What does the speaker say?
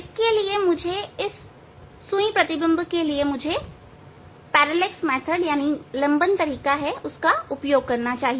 इसलिए इस सुई प्रतिबिंब के लिए मुझे लंबन तरीका उपयोग करना चाहिए